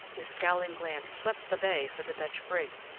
his scowling glance swept the bay for the dutch brig,